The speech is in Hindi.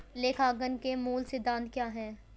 लेखांकन के मूल सिद्धांत क्या हैं?